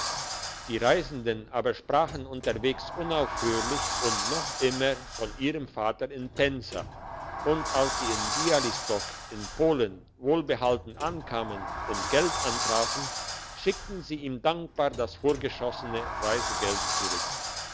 die reisenden aber sprachen unterwegs unaufhörlich und noch immer von ihrem vater in pensa und als sie in bialystock in polen wohlbehalten ankamen und geld antrafen schickten sie ihm dankbar das vorgeschossene reisegeld zurück